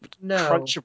No